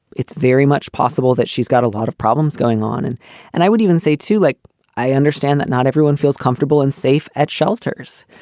it's very much possible that she's got a lot of problems going on. and and i would even say to like i understand that not everyone feels comfortable and safe at shelters.